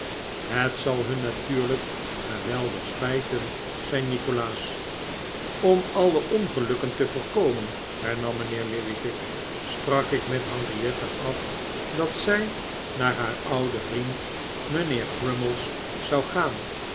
het zal hun natuurlijk geweldig spijten zei nikolaas om alle ongelukken te voorkomen hernam mijnheer lillyvick sprak ik met henriette af dat zij naar haar ouden vriend mijnheer crummies zou gaan